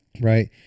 Right